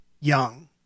young